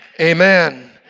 Amen